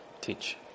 Teach